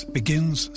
begins